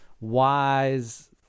wise